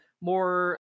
more